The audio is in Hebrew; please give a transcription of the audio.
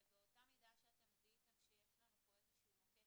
ובאותה מידה שאתם זיהיתם שיש לנו פה איזשהו מוקש